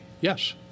Yes